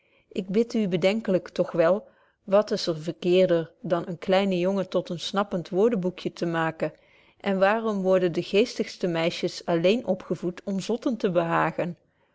ik bid u bedenkt toch wel wat is verkeerder dan eenen kleinen jongen tot een snappend woordenboekje te maken en waarom worden de geestigste meisjes alléén opgevoed om zotten te behagen